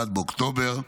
31 באוקטובר 2023,